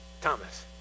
Thomas